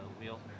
wheel